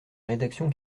rédaction